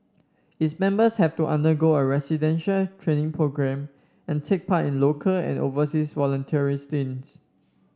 its members have to undergo a residential training programme and take part in local and an overseas volunteering stints